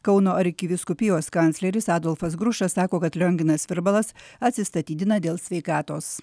kauno arkivyskupijos kancleris adolfas grušas sako kad lionginas virbalas atsistatydina dėl sveikatos